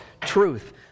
truth